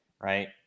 right